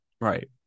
right